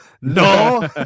no